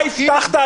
אתה הבטחת,